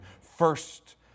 first